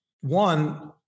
one